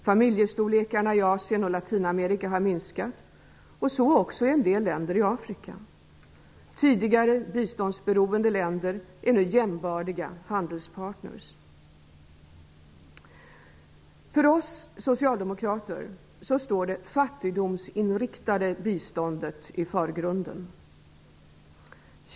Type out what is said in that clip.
Familjestorlekarna i Asien och Latinamerika har minskat -- så också i en del länder i Afrika. Tidigare biståndsberoende länder är nu jämbördiga handelspartner. För oss socialdemokrater står det fattigdomsinriktade biståndet i förgrunden.